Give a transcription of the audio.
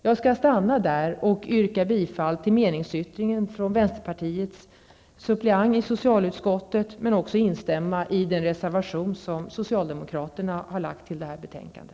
Jag nöjer mig med detta och yrkar bifall till meningsyttringen från vänsterpartiets suppleant i socialutskottet. Jag ställer mig också bakom den reservation som socialdemokraterna har fogat till detta betänkande.